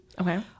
Okay